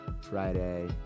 friday